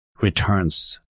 returns